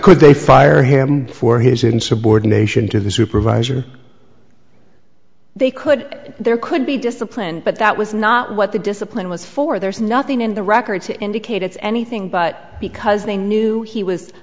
could they fire him for his insubordination to the supervisor they could there could be discipline but that was not what the discipline was for there is nothing in the record to indicate it's anything but because they knew he was